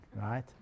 right